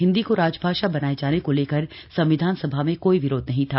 हिंदी को राजभाषा बनाए जाने को लेकर संविधान सभा में कोई विरोध नहीं था